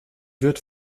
wird